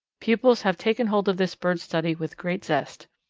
pupils have taken hold of this bird study with great zest.